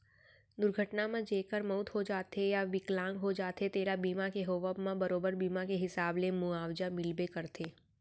दुरघटना म जेकर मउत हो जाथे या बिकलांग हो जाथें तेला बीमा के होवब म बरोबर बीमा के हिसाब ले मुवाजा मिलबे करथे